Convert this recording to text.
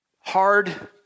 hard